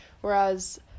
whereas